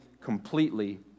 completely